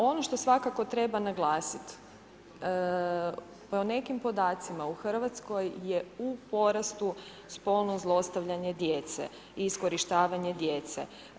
Ono što svakako treba naglasit po nekim podacima u Hrvatskoj je u porastu spolno zlostavljanje djece i iskorištavanje djece.